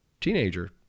teenager